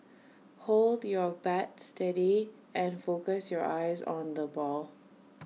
hold your bat steady and focus your eyes on the ball